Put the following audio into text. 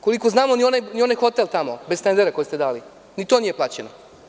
Koliko znamo, ni onaj hotel tamo koji ste dali bez tendera, ni to nije plaćeno.